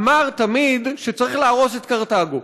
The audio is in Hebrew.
אמר תמיד שצריך להרוס את קרתגו,